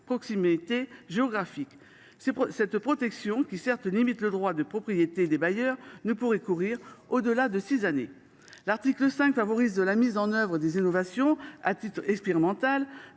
à ses besoins. Cette protection, qui limite le droit de propriété des bailleurs, ne pourrait courir au delà de six années. L’article 5 favorise la mise en œuvre des innovations, à titre expérimental,